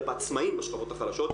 אלא בעצמאים בשכבות החלשות,